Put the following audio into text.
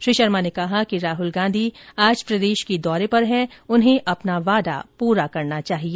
श्री शर्मा ने कहा कि राहुल गांधी आज प्रदेश के दौरे पर हैं उन्हें अपना वादा पूरा करना चाहिए